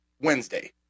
Wednesday